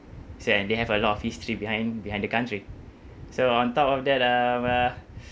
so and they have a lot of history behind behind the country so on top of that um uh